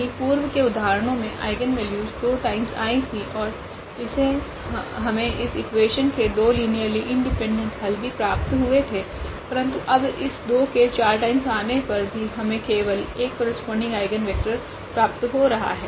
वहीं पूर्व के उदाहरणो मे आइगनवेल्यू दो टाइम्स आई थी ओर हमे इस इक्वेशन के दो लीनियरली इंडिपेंडेंट हल भी प्राप्त हुए थे परंतु अब इस 2 के 4 टाइम्स आने पर भी हमे केवल 1 करस्पोंडिंग आइगनवेक्टर प्राप्त हो रहा है